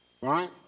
Right